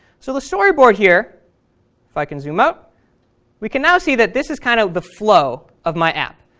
so the storyboard here if i can zoom out we can now see that this is kind of the flow of my app.